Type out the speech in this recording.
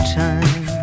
time